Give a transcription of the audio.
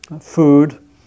Food